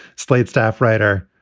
slate staff writer,